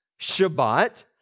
Shabbat